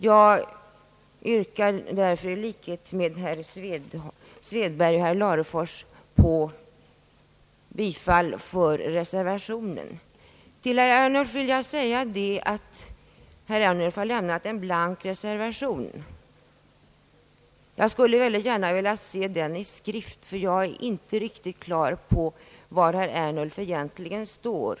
Jag yrkar i likhet med herr Svedberg och herr Larfors bifall till reservationen 1. Herr Ernulf har lämnat en blank reservation. Jag skulle väldigt gärna ha velat se hans reservation i skrift, ty jag är inte riktigt klar över var herr Ernulf egentligen står.